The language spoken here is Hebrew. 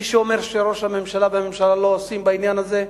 מי שאומר שראש הממשלה והממשלה לא עושים בעניין הזה,